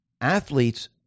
athletes